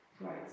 Right